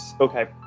Okay